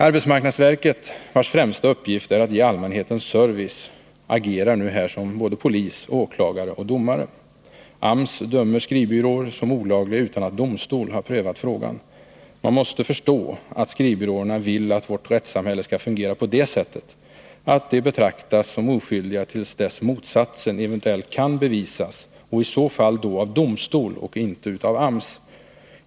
Arbetsmarknadsverket, vars främsta uppgift är att ge allmänheten service, agerar nu här som både polis, åklagare och domare. AMS dömer skrivbyråer som olagliga utan att domstol har prövat frågan. Man måste förstå att skrivbyråerna vill att vårt rättssamhälle skall fungera så, att de betraktas som oskyldiga till dess att motsatsen eventuellt kan bevisas — och i så fall av domstol och inte av AMS.